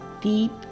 deep